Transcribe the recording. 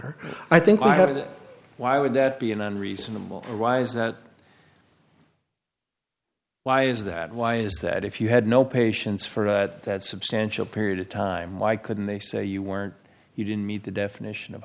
honor i think i have that why would that be an unreasonable why is that why is that why is that if you had no patience for that substantial period of time why couldn't they say you weren't you didn't meet the definition of